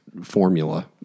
formula